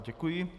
Děkuji.